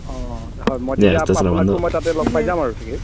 অ হয় মই তেতিয়া আপোনাকতো মই তাতে লগ পাই যাম আৰু চাগৈ